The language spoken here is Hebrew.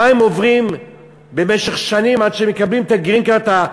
מה הם עוברים במשך שנים עד שהם מקבלים את ה"גרין קארד",